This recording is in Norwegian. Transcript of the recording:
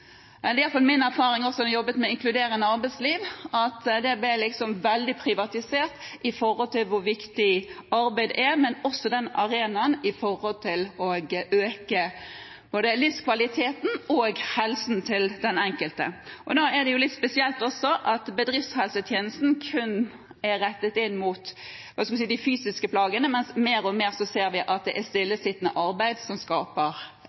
Det var iallfall min erfaring da jeg jobbet med inkluderende arbeidsliv, at det ble veldig privatisert i forhold til hvor viktig arbeid er, men også for å øke både livskvaliteten og helsen til den enkelte. Da er det litt spesielt at bedriftshelsetjenesten kun er rettet inn mot de fysiske plagene, mens vi mer og mer ser at det er stillesittende arbeid som skaper